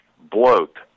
bloat